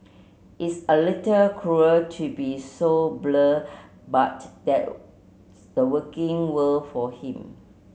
it's a little cruel to be so blunt but that the working world for him